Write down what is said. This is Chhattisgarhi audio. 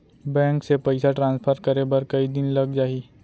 बैंक से पइसा ट्रांसफर करे बर कई दिन लग जाही?